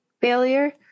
failure